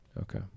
Okay